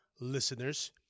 listeners